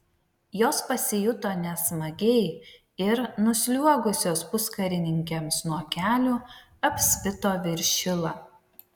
jos pasijuto nesmagiai ir nusliuogusios puskarininkiams nuo kelių apspito viršilą